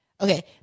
Okay